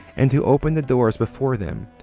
and to open the doors before him,